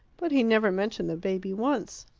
but he never mentioned the baby once.